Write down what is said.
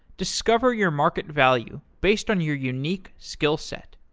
discover your market value based on your unique skill set.